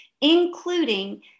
including